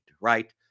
right